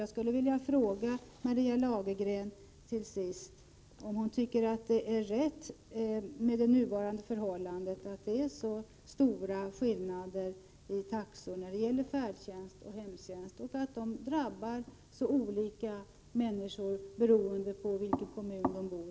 Jag skulle till sist vilja fråga Maria Lagergren om hon tycker att det är rätt med det nuvarande förhållandet, att det är så stora skillnader i taxor när det gäller färdtjänst och hemtjänst och att kostnaderna drabbar människorna så olika beroende på i vilken kommun de bor.